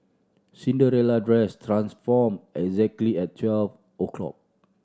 Cinderella dress transformed exactly at twelve o' clock